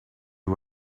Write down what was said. you